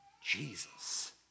Jesus